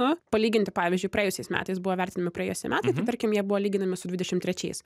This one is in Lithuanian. nu palyginti pavyzdžiui praėjusiais metais buvo vertinami praėjusi metai tai tarkim jie buvo lyginami su dvidešim trečiais